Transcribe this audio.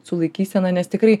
su laikysena nes tikrai